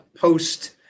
post